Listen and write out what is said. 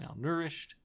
malnourished